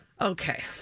Okay